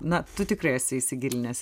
na tu tikrai esi įsigilinęs